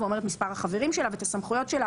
ואומר את מספר החברים שלה ואת הסמכויות שלה,